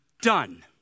done